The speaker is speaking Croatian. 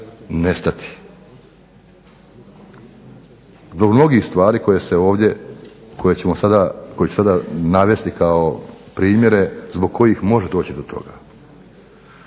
nestati. Zbog mnogih stvari koje se ovdje, koje ću sada navesti kao primjere zbog kojih može doći do toga.